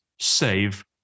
save